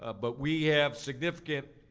ah but we have significant,